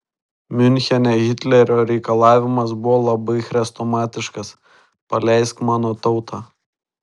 miunchene hitlerio reikalavimas buvo labai chrestomatiškas paleisk mano tautą